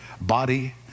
body